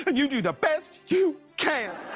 but you do the best you can.